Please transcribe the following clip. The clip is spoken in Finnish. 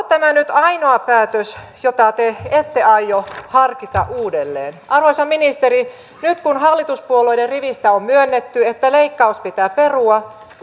tämä nyt ainoa päätös jota te ette aio harkita uudelleen arvoisa ministeri nyt kun hallituspuolueiden rivistä on myönnetty että leikkaus pitää perua